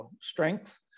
strength